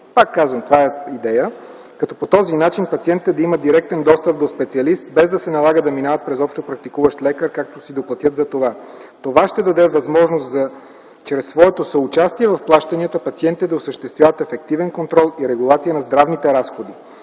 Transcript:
пак казвам – това е идея, като по този начин пациентите да имат директен достъп до специалист, без да се налага да минават през общопрактикуващ лекар, като си доплатят за това. Това ще даде възможност чрез своето съучастие в плащанията, пациентите да осъществяват ефективен контрол и регулация на здравните разходи.